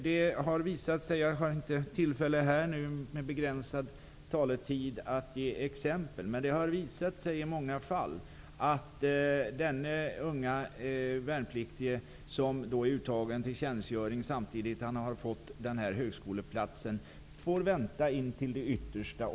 Med begränsad taletid har jag här inte tillfälle att ge något exempel. Men det har i många fall visat sig att den unge värnpliktige, som är uttagen till tjänstgöring samtidigt som han får en högskoleplats, får vänta till det yttersta.